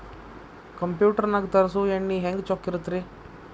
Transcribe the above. Computer ನಾಗ ತರುಸುವ ಎಣ್ಣಿ ಹೆಂಗ್ ಚೊಕ್ಕ ಇರತ್ತ ರಿ?